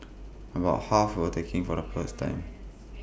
about half were taking for the first time